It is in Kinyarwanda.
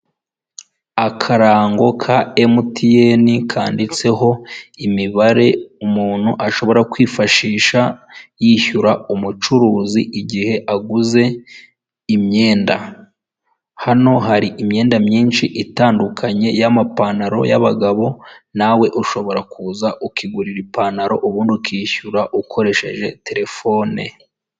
Akarango ka emutiyeni emutiyeni kanditseho imibare umuntu ashobora kwifashisha yishyura umucuruzi igihe aguze imyenda, hano hari imyenda myinshi itandukanye y'amapantaro yab'abagabo nawe ushobora kuza ukigurira ipantaro ubundi ukishyura ukoresheje terefone.